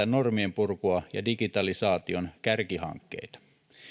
normien purkua ja digitalisaation kärkihankkeita